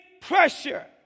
pressure